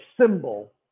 symbol